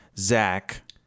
Zach